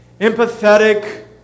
empathetic